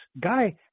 guy